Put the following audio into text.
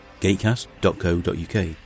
gatecast.co.uk